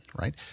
right